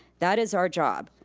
that is our job.